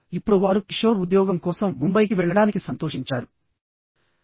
ఇప్పుడు వారు కిషోర్ ఉద్యోగం కోసం ముంబైకి వెళ్లడానికి సంతోషించారు